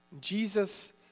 Jesus